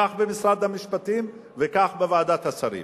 כך במשרד המשפטים, וכך בוועדת השרים.